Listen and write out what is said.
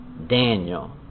Daniel